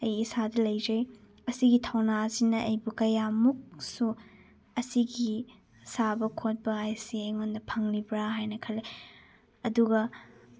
ꯑꯩ ꯏꯁꯥꯗ ꯂꯩꯖꯩ ꯑꯁꯤꯒꯤ ꯊꯧꯅꯥ ꯑꯁꯤꯅ ꯑꯩꯕꯨ ꯀꯌꯥꯃꯨꯛꯁꯨ ꯑꯁꯤꯒꯤ ꯁꯥꯕ ꯈꯣꯠꯄ ꯍꯥꯏꯁꯦ ꯑꯩꯉꯣꯟꯗ ꯐꯪꯂꯤꯕ꯭ꯔꯥ ꯍꯥꯏꯅ ꯈꯜꯂꯤ ꯑꯗꯨꯒ